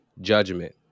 judgment